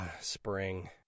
spring